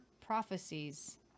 prophecies